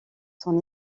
son